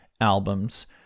albums